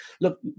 look